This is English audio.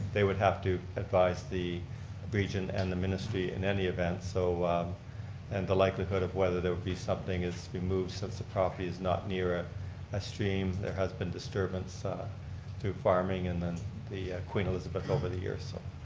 they would have to advise the region and the ministry in any event. so and the likelihood of whether there would be something as removes since the property is not near a ah stream. there has been disturbance through farming and an the queen elizabeth over the year. so